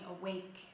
awake